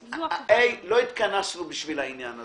לא התכנסנו בשביל העניין הזה.